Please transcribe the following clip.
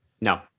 No